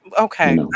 Okay